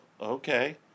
okay